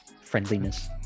friendliness